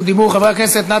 חבר הכנסת רוברט אילטוב,